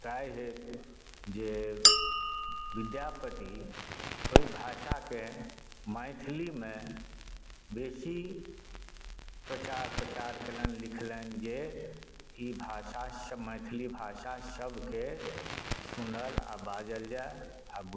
ताहि हेतु जे विद्यापति ओहि भाषाकेँ मैथिलीमे बेसी प्रचार प्रसार कयलनि लिखलनि जे ई भाषासँ मैथिली भाषा सभकेँ सुनल आ बाजल जाय आ